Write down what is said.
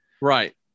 Right